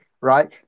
Right